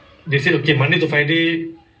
they said okay monday to friday